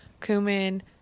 cumin